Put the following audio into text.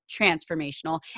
transformational